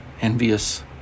envious